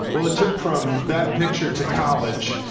well, it took from that picture to college.